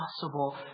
possible